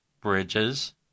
bridges